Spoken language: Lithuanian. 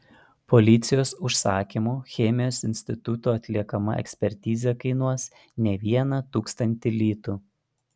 policijos užsakymu chemijos instituto atliekama ekspertizė kainuos ne vieną tūkstantį litų